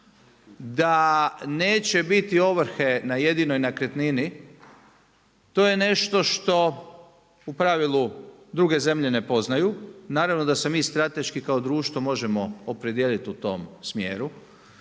da neće biti ovrhe na jedinoj nekretnini to je nešto što u pravilu druge zemlje ne poznaju. Naravno da se mi strateški kao društvo možemo opredijelit u tom smjeru.